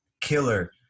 killer